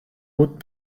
hautes